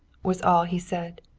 was all he said.